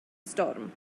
storm